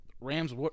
Rams